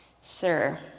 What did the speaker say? Sir